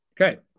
Okay